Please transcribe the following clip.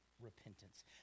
repentance